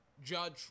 judge